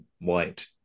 white